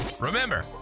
remember